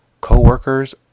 co-workers